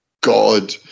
God